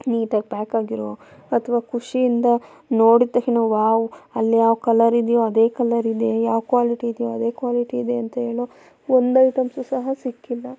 ನೀಟಾಗಿ ಪ್ಯಾಕಾಗಿರೋ ಅಥ್ವಾ ಖುಷಿಯಿಂದ ನೋಡಿದ ತಕ್ಷಣ ವಾವ್ ಅಲ್ಲಿ ಯಾವ ಕಲರ್ ಇದೆಯೋ ಅದೇ ಕಲರ್ ಇದೆ ಯಾವ ಕ್ವಾಲಿಟಿ ಇದೆಯೋ ಅದೇ ಕ್ವಾಲಿಟಿ ಇದೆ ಅಂಥೇಳೋ ಒಂದು ಐಟಮ್ಸು ಸಹ ಸಿಕ್ಕಿಲ್ಲ